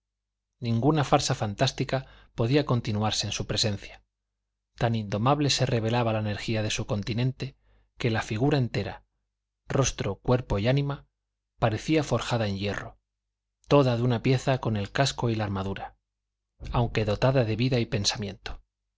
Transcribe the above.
ninguna farsa fantástica podía continuarse en su presencia tan indomable se revelaba la energía de su continente que la figura entera rostro cuerpo y ánima parecía forjada en hierro toda de una pieza con el casco y la armadura aunque dotada de vida y pensamiento